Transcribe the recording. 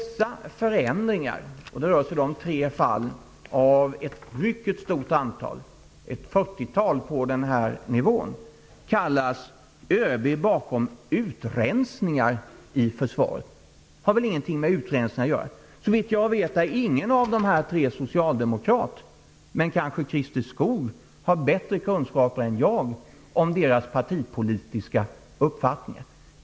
Förändringarna, som rör sig om tre fall av ett mycket stort antal -- ett fyrtiotal på den här nivån -- benämns med orden: ÖB bakom utrensningar i försvaret. Det här har väl ingenting med utrensningar att göra. Såvitt jag vet är ingen av de här tre personerna socialdemokrat, men kanske Christer Skoog har bättre kunskaper än jag om deras partipolitiska uppfattningar.